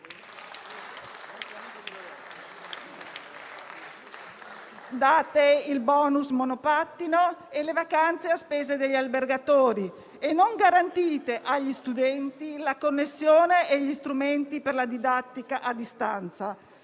Date il *bonus* monopattino e le vacanze a spese degli albergatori e non garantite agli studenti la connessione e gli strumenti per la didattica a distanza.